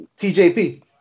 TJP